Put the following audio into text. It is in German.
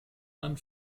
man